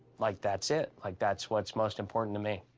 like, that's it. like that's what's most important to me.